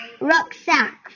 rucksack